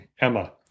Emma